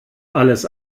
alles